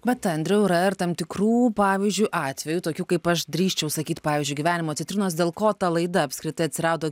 bet andriau yra ir tam tikrų pavyzdžiui atvejų tokių kaip aš drįsčiau sakyt pavyzdžiui gyvenimo citrinos dėl ko ta laida apskritai atsirado